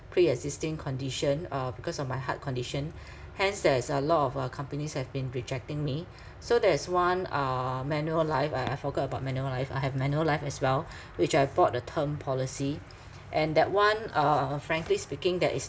pre-existing condition uh because of my heart condition hence there is a lot of uh companies have been rejecting me so there is one uh Manulife I I forgot about Manulife I have Manulife as well which I bought the term policy and that one uh frankly speaking there is